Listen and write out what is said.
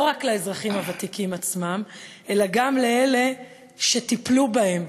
רק לאזרחים הוותיקים עצמם אלא גם לאלה שטיפלו בהם.